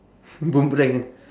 boomerang